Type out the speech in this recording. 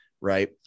right